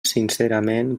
sincerament